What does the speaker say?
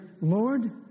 Lord